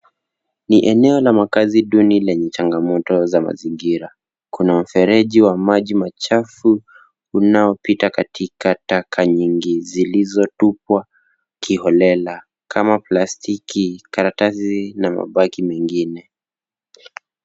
Ni eneo la makazi duni lenye changamoto za mazingira. Kuna mfereji wa maji machafu unaopita katika taka nyingi zilizotupwa kiholela kama plastiki, karatasi na mabaki mengine.